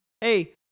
hey